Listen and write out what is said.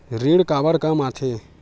ऋण काबर कम आथे?